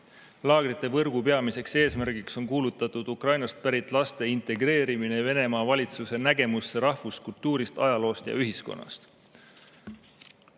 Laagrite võrgu peamiseks eesmärgiks on kuulutatud Ukrainast pärit laste integreerimine Venemaa valitsuse nägemusse rahvuskultuurist, ajaloost ja ühiskonnast.